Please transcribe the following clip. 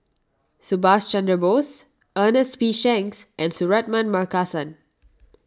Subhas Chandra Bose Ernest P Shanks and Suratman Markasan